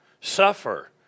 suffer